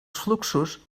fluxos